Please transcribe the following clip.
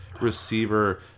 receiver